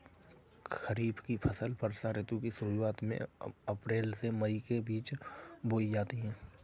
खरीफ की फसलें वर्षा ऋतु की शुरुआत में अप्रैल से मई के बीच बोई जाती हैं